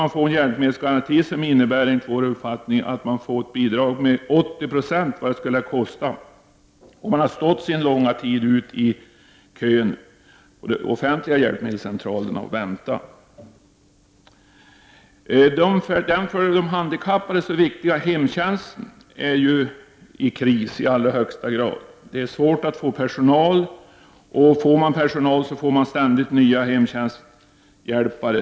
Enligt vår uppfattning bör man ha en hjälpmedelsgaranti, som ger bidrag med 80 26 av vad det skulle ha kostat om man hade stått sin långa tid i kön till de offentliga hjälpmedelscentralerna. Den för de handikappade så viktiga hemtjänsten är ju i högsta grad i kris. Det är svårt att få personal, och även om det finns personal får man ständigt ta emot ny hemtjänsthjälp.